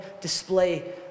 display